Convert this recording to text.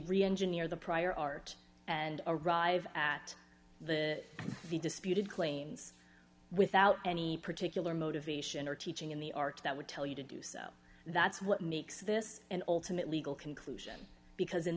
reengineer the prior art and arrive at the wii disputed claims without any particular motivation or teaching in the art that would tell you to do so that's what makes this and ultimate legal conclusion because in